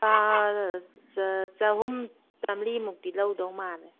ꯆꯍꯨꯝ ꯆꯥꯝꯃꯔꯤ ꯃꯨꯛꯇꯤ ꯂꯧꯗꯧ ꯃꯥꯜꯂꯦ